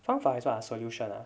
方法 is what ah solution ah